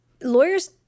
lawyers